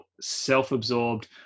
self-absorbed